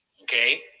okay